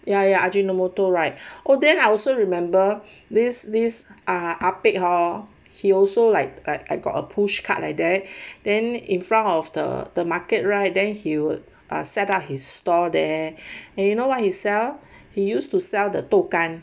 ya ya ajinomoto right or then I also remember this list ah pek hor he also like I got a pushcart like that then in front of the the market right then he would are set up his store there and you know what he sell he used to sell the 豆干